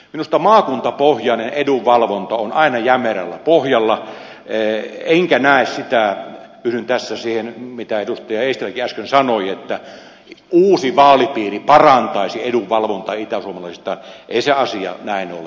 minusta maakuntapohjainen edunvalvonta on aina jämerällä pohjalla enkä näe yhdyn tässä siihen mitä edustaja eestiläkin äsken sanoi että se uusi vaalipiiri parantaisi edunvalvontaa itäsuomalaisittain ei se asia näin ole